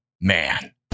man